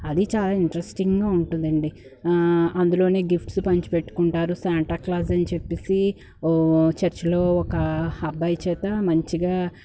అది చాలా ఇంట్రస్టింగ్గా ఉంటుందండి అందులోని గిఫ్ట్స్ పంచి పెట్టుకుంటారు శాంటా క్లాస్ అని చెప్పేసి చర్చిలో ఒక అబ్బాయి చేత మంచిగా